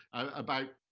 about,